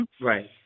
Right